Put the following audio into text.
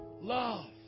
Love